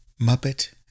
Muppet